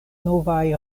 novaj